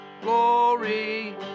glory